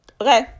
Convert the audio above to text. Okay